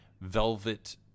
velvet